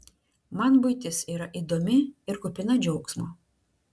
man buitis yra įdomi ir kupina džiaugsmo